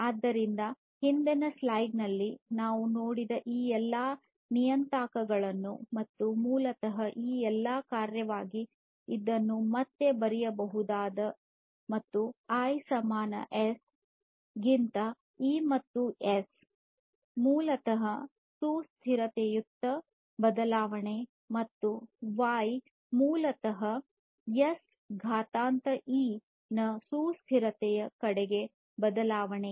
ಆದ್ದರಿಂದ ಹಿಂದಿನ ಸ್ಲೈಡ್ ನಲ್ಲಿ ನಾವು ನೋಡಿದ ಈ ಎಲ್ಲಾ ನಿಯತಾಂಕಗಳನ್ನು ಮತ್ತು ಮೂಲತಃ ಈ ಎಲ್ಲದರ ಕಾರ್ಯವಾಗಿ ಇದನ್ನು ಮತ್ತೆ ಬರೆಯಬಹುದು ಮತ್ತು ಐ ಸಮಾನ ಎಸ್ ಗಿಂತ ಇ ಮತ್ತು ಎಸ್ ಮೂಲತಃ ಸುಸ್ಥಿರತೆಯತ್ತ ಬದಲಾವಣೆ ಮತ್ತು ವೈ ಮೂಲತಃ ಎಸ್ ಘಾತಾಂಕ ಇ ನ ಸುಸ್ಥಿರತೆಯ ಕಡೆಗೆ ಬದಲಾವಣೆ